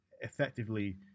Effectively